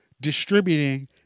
distributing